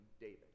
David